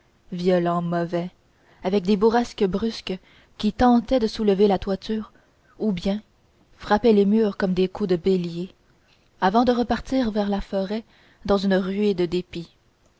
violent mauvais avec des bourrasques brusques qui tentaient de soulever la toiture ou bien frappaient les murs comme des coups de béliers avant de repartir vers la forêt dans une ruée de dépit